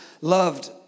loved